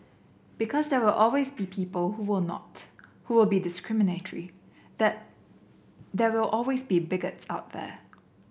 because there will always be people who will not who will be discriminatory that there will always be bigots out there